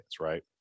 right